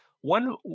One